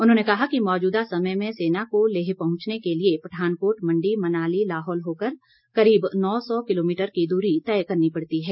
उन्होंने कहा कि मौजूदा समय में सेना को लेह पहुंचने के लिए पठानकोट मण्डी मनाली लाहौल होकर करीब नौ सौ किलोमीटर की दूरी तय करनी पड़ती है